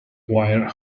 wire